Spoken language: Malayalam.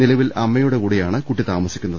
നിലവിൽ അമ്മയുടെ കൂടെയാണ് കുട്ടി താമസിക്കുന്നത്